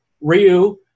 Ryu